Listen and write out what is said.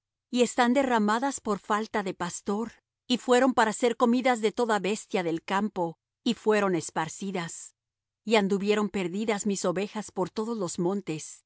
y están derramadas por falta de pastor y fueron para ser comidas de toda bestia del campo y fueron esparcidas y anduvieron perdidas mis ovejas por todos los montes